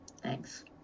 thanks